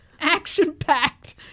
Action-packed